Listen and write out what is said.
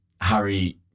Harry